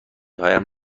هایم